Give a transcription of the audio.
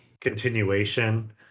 continuation